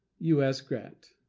u s. grant.